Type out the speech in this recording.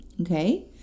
Okay